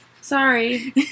Sorry